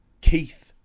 Keith